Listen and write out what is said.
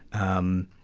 um,